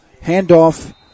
Handoff